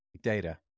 data